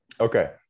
Okay